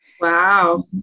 Wow